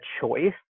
choice